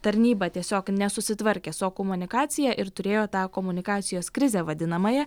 tarnyba tiesiog nesusitvarkė su komunikacija ir turėjo tą komunikacijos krizę vadinamąją